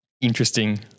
interesting